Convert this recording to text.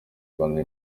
rwanda